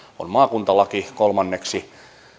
on maakuntalaki kolme